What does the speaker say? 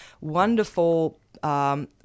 wonderful